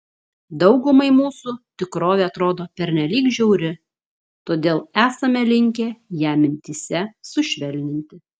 daugumai mūsų tikrovė atrodo pernelyg žiauri todėl esame linkę ją mintyse sušvelninti